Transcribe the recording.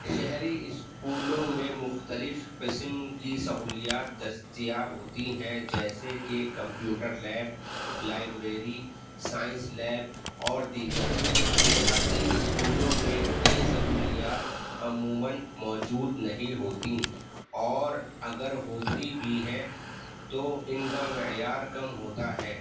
شہری اسکولوں میں مختلف قسم کی سہولیات دستیاب ہوتی ہیں جیسے کہ computer lab library science lab اور دیگر دیہاتی اسکولوں میں یہ سہولیات عموماً موجود نہیں ہوتیں اور اگر ہوتی بھی ہیں تو ان کا معیار کم ہوتا ہے